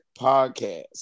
Podcast